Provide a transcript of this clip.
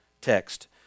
text